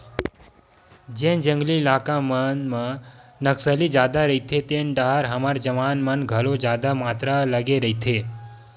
जेन जंगली इलाका मन म नक्सली जादा रहिथे तेन डाहर हमर जवान मन घलो जादा मातरा लगे रहिथे